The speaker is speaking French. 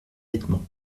vêtements